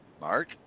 Mark